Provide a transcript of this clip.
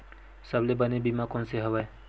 सबले बने बीमा कोन से हवय?